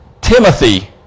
Timothy